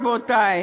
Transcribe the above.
רבותי,